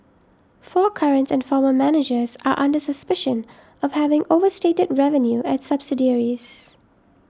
four current and former managers are under suspicion of having overstated revenue at subsidiaries